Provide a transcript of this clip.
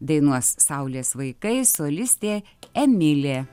dainuos saulės vaikai solistė emilė